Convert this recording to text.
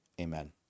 Amen